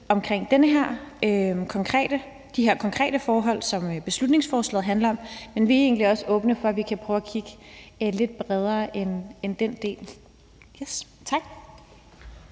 dele af de konkrete forhold, som beslutningsforslaget handler om, og vi er egentlig også åbne over for, at vi kan prøve at kigge lidt bredere på det end den